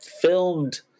filmed